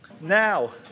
Now